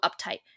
uptight